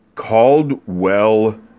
Caldwell